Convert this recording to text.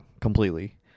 completely